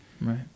right